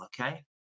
okay